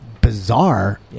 bizarre